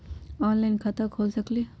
Online खाता खोल सकलीह?